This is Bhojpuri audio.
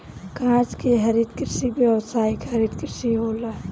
कांच के हरित गृह व्यावसायिक हरित गृह होला